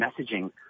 messaging